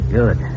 good